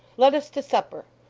let us to supper.